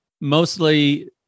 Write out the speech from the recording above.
mostly